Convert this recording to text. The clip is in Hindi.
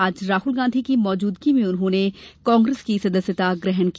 आज राहुल गांधी की मौजूदगी में उन्होंने कांग्रेस की सदस्यता ग्रहण की